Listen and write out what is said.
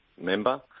member